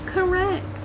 Correct